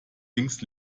links